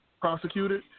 prosecuted